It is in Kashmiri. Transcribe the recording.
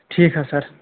ٹھیٖک حظ سَر